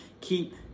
Keep